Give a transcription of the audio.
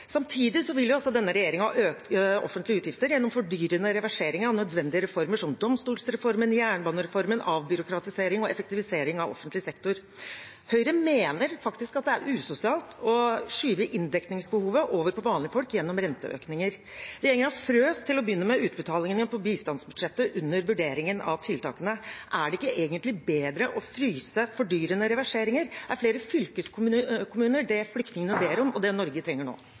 Samtidig vil denne regjeringen øke offentlige utgifter gjennom fordyrende reverseringer av nødvendige reformer som domstolreformen, jernbanereformen, avbyråkratisering og effektivisering av offentlig sektor. Høyre mener faktisk at det er usosialt å skyve inndekningsbehovet over på vanlige folk gjennom renteøkninger. Regjeringen frøs til å begynne med utbetalingene på bistandsbudsjettet under vurderingen av tiltakene. Er det ikke egentlig bedre å fryse fordyrende reverseringer? Er flere fylkeskommuner det flyktningene ber om, og det Norge trenger nå?